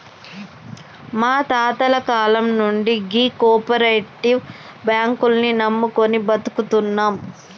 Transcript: మా తాతల కాలం నుండి గీ కోపరేటివ్ బాంకుల్ని నమ్ముకొని బతుకుతున్నం